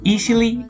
Easily